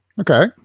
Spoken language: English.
Okay